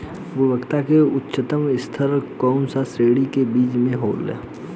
गुणवत्ता क उच्चतम स्तर कउना श्रेणी क बीज मे होला?